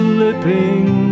Slipping